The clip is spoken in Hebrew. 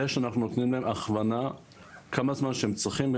שאנחנו נותנים להם הכוונה כמה זמן שהם צריכים.